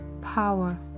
power